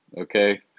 okay